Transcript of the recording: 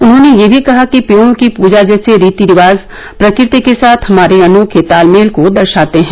उन्होंने यह भी कहा कि पेडों की पूजा जैसे रीति रिवाज प्रकृति के साथ हमारे अनोखे तालमेल को दर्शाते हैं